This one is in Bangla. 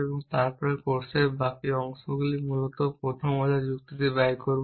এবং তারপরে কোর্সের বাকি অংশগুলি মূলত প্রথম অর্ডার যুক্তিতে ব্যয় করব